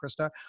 Krista